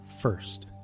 first